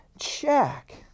check